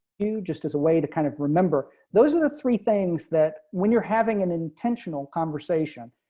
you just as a way to kind of remember those are the three things that when you're having an intentional conversation.